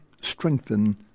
strengthen